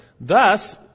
Thus